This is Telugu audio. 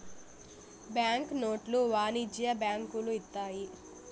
బ్యాంక్ నోట్లు వాణిజ్య బ్యాంకులు ఇత్తాయి